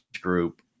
group